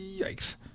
Yikes